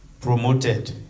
promoted